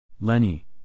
Lenny